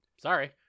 Sorry